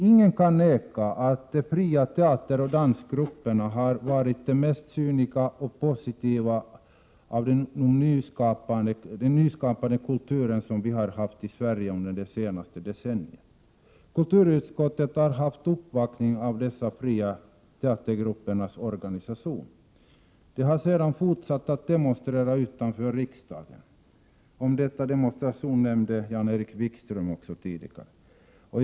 Ingen kan bestrida att de fria teateroch dansgrupperna har varit de mest synliga och positiva utövarna av den nyskapande kulturen i Sverige under det senaste decenniet. De fria teatergruppernas organisation har gjort en uppvaktning för kulturutskottet. De har sedan fortsatt att demonstrera utanför riksdagen. Jan-Erik Wikström nämnde också tidigare denna demonstration.